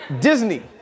Disney